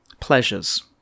pleasures